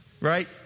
Right